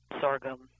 sorghum